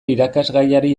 irakasgaiari